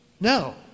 No